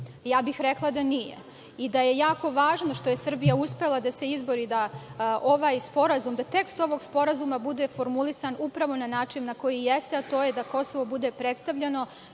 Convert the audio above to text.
Ja bih rekla da nije i da je jako važno što je Srbija uspela da se izbori da ovaj sporazum, tekst ovog sporazuma bude formulisan upravo na način na koji jeste, a to je da Kosovo bude predstavljeno